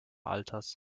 altars